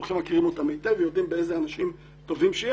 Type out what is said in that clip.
כולכם מכירים אותם היטב ויודעים איזה אנשים טובים הם.